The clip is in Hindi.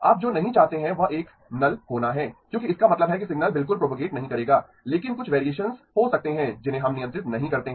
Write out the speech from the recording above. आप जो नहीं चाहते हैं वह एक नल होना है क्योंकि इसका मतलब है कि सिग्नल बिल्कुल प्रोपेगेट नहीं करेगा लेकिन कुछ वेरिएसंस हो सकते हैं जिन्हें हम नियंत्रित नहीं करते हैं